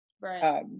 Right